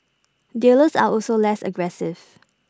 dealers are also less aggressive